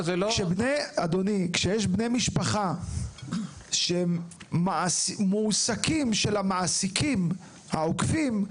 כשיש בני משפחה שהם מועסקים של המעסיקים העוקבים,